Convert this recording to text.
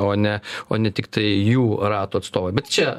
o ne o ne tiktai jų rato atstovai bet čia